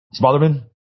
Smotherman